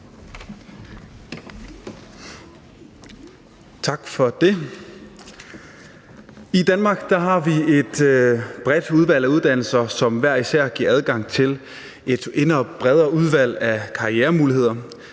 Tak for det. I Danmark har vi et bredt udvalg af uddannelser, som hver især giver adgang til et endnu bredere udvalg af karrieremuligheder.